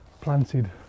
planted